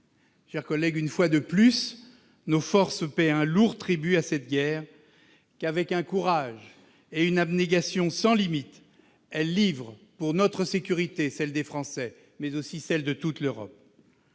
chers collègues, nos forces paient un lourd tribut à cette guerre qu'avec un courage et une abnégation sans limites elles livrent pour notre sécurité, celle des Français, mais aussi celle de toute l'Europe.